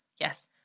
Yes